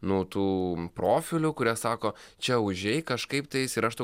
nu tų profilių kurie sako čia užeik kažkaip tais ir aš tau